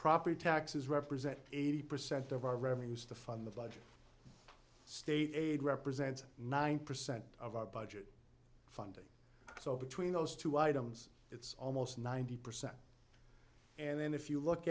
property taxes represent eighty percent of our revenues to fund the budget state aid represents nine percent of our budget so between those two items it's almost ninety percent and then if you look